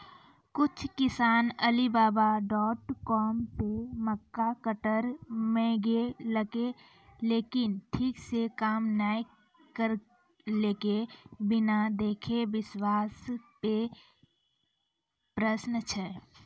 कुछ किसान Alibaba dot com से मक्का कटर मंगेलके लेकिन ठीक से काम नेय करलके, बिना देखले विश्वास पे प्रश्न छै?